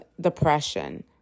depression